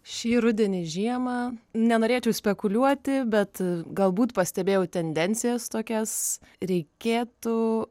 šį rudenį žiemą nenorėčiau spekuliuoti bet galbūt pastebėjau tendencijas tokias reikėtų